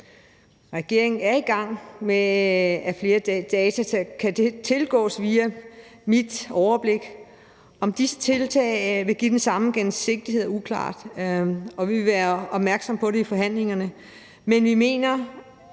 Regeringen er i gang med, at flere data kan tilgås via Mit Overblik. Om disse tiltag vil give den samme gennemsigtighed er uklart, og vi vil være opmærksomme på det i forhandlingerne. Vi mener,